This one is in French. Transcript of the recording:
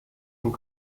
sont